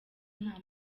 nta